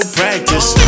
practice